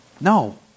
No